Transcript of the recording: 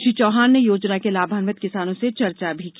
श्री चौहान ने योजना के लाभान्वित किसानों से चर्चा भी की